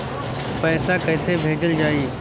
पैसा कैसे भेजल जाइ?